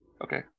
Okay